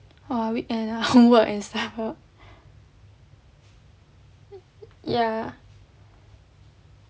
err weekend ah homework and stuff lor ya